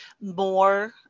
more